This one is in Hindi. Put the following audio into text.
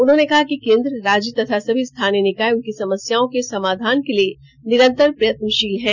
उन्होंने कहा कि केन्द्र राज्य तथा समी स्थानीय निकाय उनकी समस्याओं के समाधान के लिए निरंतर प्रयत्नशील हैं